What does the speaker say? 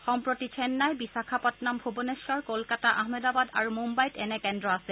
সম্প্ৰতি চেন্নাই বিশাখাপট্টনম ভূৱনেশ্বৰ কলকাতা আহমেদাবাদ আৰু মুম্বাইত এনে কেন্দ্ৰ আছে